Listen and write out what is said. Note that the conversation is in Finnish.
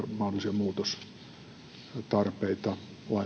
mahdollisia muutostarpeita